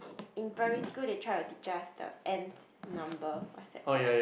in primary school they tried to teach us the Nth number what is that called